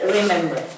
Remember